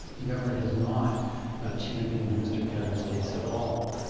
the government has not championed mr khadr's case at all.